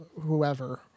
whoever